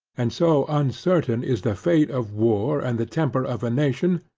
and so uncertain is the fate of war and the temper of a nation,